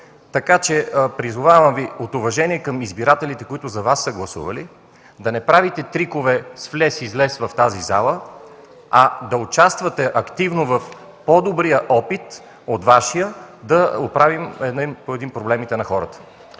Призовавам Ви от уважение към избирателите, които са гласували за Вас, да не правите трикове с „влез-излез в тази зала”, а да участвате активно в по-добрия опит от Вашия, за да оправим един по един проблемите на хората.